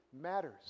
matters